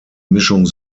mischung